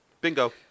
Bingo